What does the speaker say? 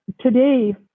Today